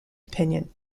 opinion